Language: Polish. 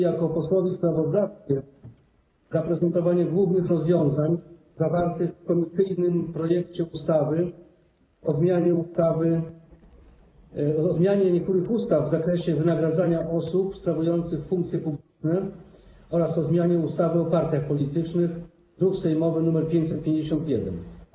Jako posłowi sprawozdawcy przypadło mi zaprezentowanie głównych rozwiązań zawartych w komisyjnym projekcie ustawy o zmianie niektórych ustaw w zakresie wynagradzania osób sprawujących funkcje publiczne oraz o zmianie ustawy o partiach politycznych, druk sejmowy nr 551.